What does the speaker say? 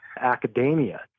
academia